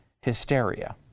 hysteria